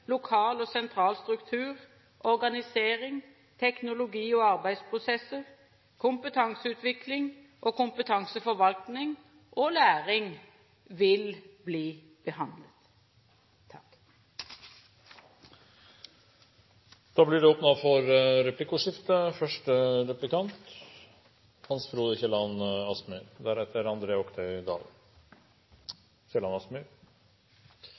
lokal og sentral struktur, organisering, teknologi og arbeidsprosesser, kompetanseutvikling og kompetanseforvaltning og læring vil bli behandlet. Det blir